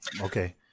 okay